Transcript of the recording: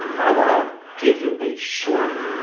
i wanna give you a short